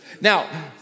Now